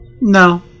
No